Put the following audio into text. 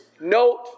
note